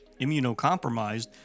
immunocompromised